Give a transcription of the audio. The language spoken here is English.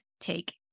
take